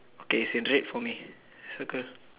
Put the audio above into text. okay it's in red for me circle